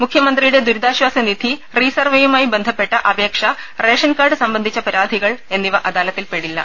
മുഖ്യമന്ത്രിയുടെ ദുരിതാശ്ചാസ നിധി റീ സർവേയുമായി ബന്ധപ്പെട്ട അപേക്ഷ റേഷൻ കാർഡ് സംബന്ധിച്ച പരാതികൾ എന്നിവ അദാലത്തിൽപ്പെടില്ല